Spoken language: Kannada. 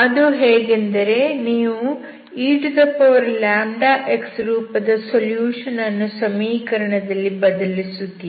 ಅದು ಹೇಗೆಂದರೆ ನೀವು eλx ರೂಪದ ಸೊಲ್ಯೂಷನ್ ಅನ್ನು ಸಮೀಕರಣದಲ್ಲಿ ಬದಲಿಸುತ್ತೀರಿ